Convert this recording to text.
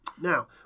Now